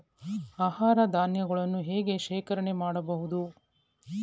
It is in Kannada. ಆಹಾರ ಧಾನ್ಯಗಳನ್ನು ಹೇಗೆ ಶೇಖರಣೆ ಮಾಡಬಹುದು?